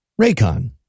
Raycon